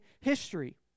history